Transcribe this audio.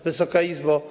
Wysoka Izbo!